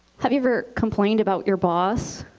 have you ever complained about your boss?